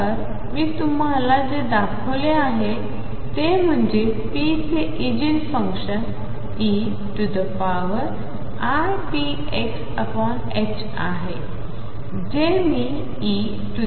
तर मी तुम्हाला जे दाखवले आहे ते म्हणजे p चे इगेन फंक्शन eipx आहे जे मी eikx